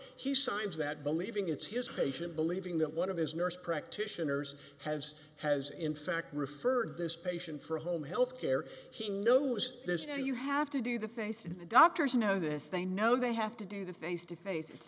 he signs that believing it's his patient believing that one of his nurse practitioners has has in fact referred this patient for a home health care he knows there's no you have to do the face and the doctors know this they know they have to do the face to face i